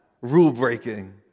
rule-breaking